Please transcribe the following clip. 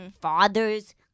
fathers